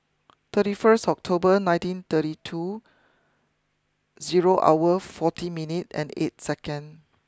thirty first October nineteen thirty two zero hour forty minute and eight second